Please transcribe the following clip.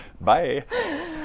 Bye